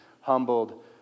humbled